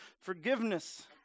forgiveness